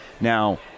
Now